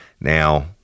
Now